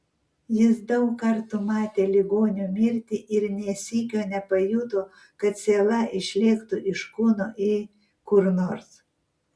jis daug kartų matė ligonių mirtį ir nė sykio nepajuto kad siela išlėktų iš kūno į kur nors